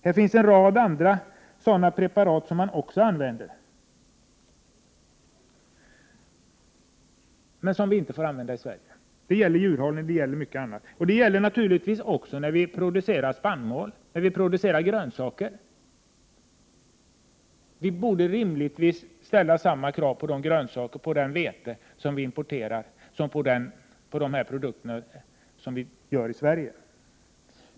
Det är också en rad andra preparat som används i andra länder men som vi inte får använda i Sverige. Det gäller djurhållning och mycket annat. Och i fråga om spannmål och grönsaker som vi importerar borde vi naturligtvis ställa samma krav som vi ställer på dessa produkter när de framställs i Sverige.